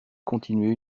continuer